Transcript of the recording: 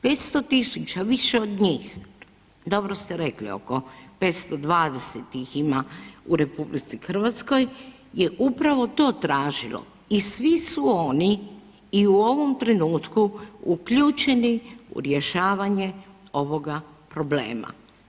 500.000 više od njih, dobro ste rekli oko 520 ih ima u RH je upravo to tražilo i svi su oni i u ovom trenutku uključeni u rješavanje ovoga problema.